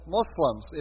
Muslims